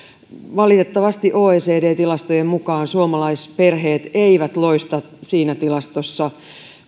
valitettavasti oecd tilastojen mukaan suomalaisperheet eivät loista siinä tilastossa